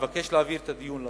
אני מבקש להעביר את הדיון לוועדה.